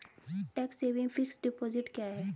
Tax saving fixed deposit क्या है?